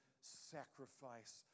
sacrifice